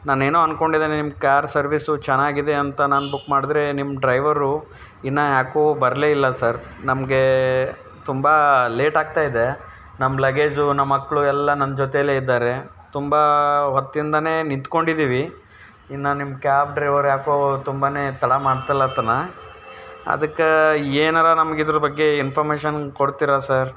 ನಾನೇನೋ ಅಂದ್ಕೊಡಿದ್ದೆ ನಿಮ್ಮ ಕಾರ್ ಸರ್ವಿಸು ಚೆನ್ನಾಗಿದೆ ಅಂತ ನಾನು ಬುಕ್ ಮಾಡಿದ್ರೆ ನಿಮ್ಮ ಡ್ರೈವರು ಇನ್ನೂ ಯಾಕೋ ಬರಲೇ ಇಲ್ಲ ಸರ್ ನಮಗೆ ತುಂಬ ಲೇಟ್ ಆಗ್ತಾಯಿದೆ ನಮ್ಮ ಲಗೇಜು ನಮ್ಮ ಮಕ್ಕಳು ಎಲ್ಲ ನನ್ನ ಜೊತೇಲೆ ಇದ್ದಾರೆ ತುಂಬ ಹೊತ್ತಿಂದಲೇ ನಿತ್ಕೊಂಡಿದ್ದೀವಿ ಇನ್ನೂ ನಿಮ್ಮ ಕ್ಯಾಬ್ ಡ್ರೈವರ್ ಏಕೋ ತುಂಬನೇ ತಡ ಮಾಡ್ತಲತ್ತನ ಅದಕ್ಕೆ ಏನಾದ್ರು ನಮ್ಗೆ ಇದರ ಬಗ್ಗೆ ಇನ್ಫಾಮೇಷನ್ ಕೊಡ್ತೀರಾ ಸರ್